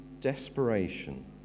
desperation